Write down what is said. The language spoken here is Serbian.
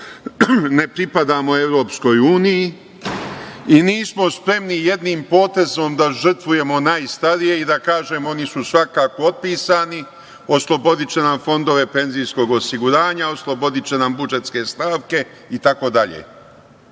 ne pripadamo EU i nismo spremni jednim potezom da žrtvujemo najstarije i da kažemo oni su svakako otpisani, oslobodiće nam fondove penzijskog osiguranja, oslobodiće nam budžetske stavke itd.